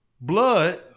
Blood